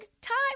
time